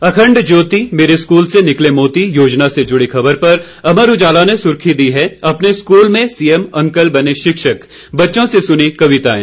अखंड ज्योति मेरे स्कूल से निकले मोती योजना से जुड़ी खबर पर अमर उजाला ने सुर्खी दी है अपने स्कूल में सीएम अंकल बने शिक्षक बच्चों से सुनी कविताएं